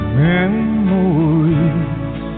memories